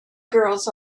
girls